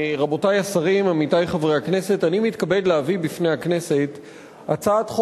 חבר הכנסת הורוביץ הסיר את הצעתו